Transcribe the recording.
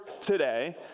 today